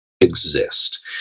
exist